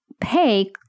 pay